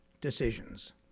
decisions